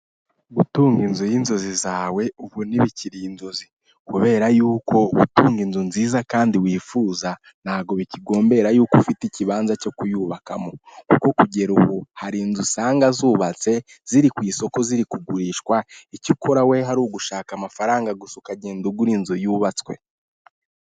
Gutunga inzu y'inzozi zawe ubu ntibikiri inzozi, kubera yuko gutunga inzu nziza kandi wifuza ntago bikigombera yuko ufite ikibanza cyo kuyubakamo, kuko kugera ubu hari inzu usanga zubatse ziri ku isoko ziri kugurishwa, icyo ukora we hari ugushaka amafaranga gusa ukagenda ugura inzu yubatswe.